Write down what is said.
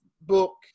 book